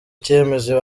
cyemezo